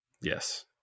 Yes